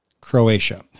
Croatia